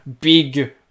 big